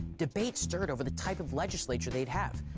debate stirred over the type of legislature they'd have,